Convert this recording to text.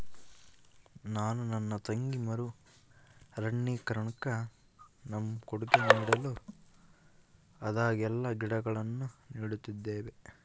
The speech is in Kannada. ನಾನು ನನ್ನ ತಂಗಿ ಮರು ಅರಣ್ಯೀಕರಣುಕ್ಕ ನಮ್ಮ ಕೊಡುಗೆ ನೀಡಲು ಆದಾಗೆಲ್ಲ ಗಿಡಗಳನ್ನು ನೀಡುತ್ತಿದ್ದೇವೆ